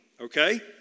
okay